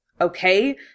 Okay